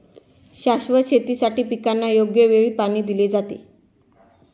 शाश्वत शेतीसाठी पिकांना योग्य वेळी पाणी दिले जाते